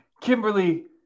Kimberly